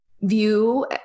view